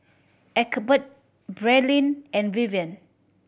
Egbert Braelyn and Vivian